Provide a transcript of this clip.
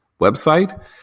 website